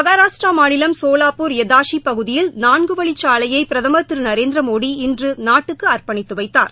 மகாராஷ்டிரா மாநிலம் சோலாப்பூர் எதாஷி பகுதியில் நான்கு வழிச்சாலையை பிரதமர் திரு நரேந்திரமோடி இன்று நாட்டுக்கு அர்ப்பணித்து வைத்தார்